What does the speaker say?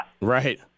Right